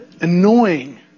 annoying